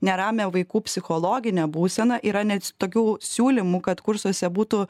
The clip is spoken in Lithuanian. neramią vaikų psichologinę būseną yra net tokių siūlymų kad kursuose būtų